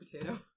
potato